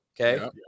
Okay